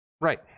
Right